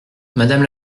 madame